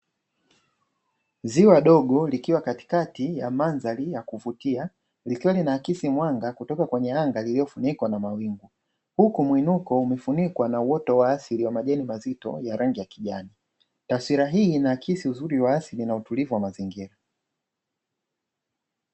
Ziwa dogo likiwa katikati ya mandhari ya kuvutia likiwa linaakisi mwanga kutoka kwenye anga linalofunikwa na mawingu, huku mwinuko umefunikwa na uoto wa asili wa majani mazito ya rangi ya kijani taswira hii inaakisi uzuri wa asili na utulivu wa mazingira.